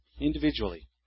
individually